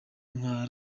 nka